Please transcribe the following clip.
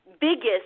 biggest